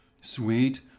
sweet